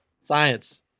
Science